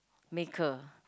maker